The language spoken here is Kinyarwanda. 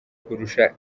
kurusha